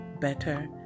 better